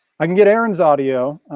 i can get aaron's audio,